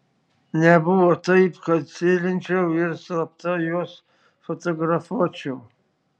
nebuvo taip kad sėlinčiau ir slapta juos fotografuočiau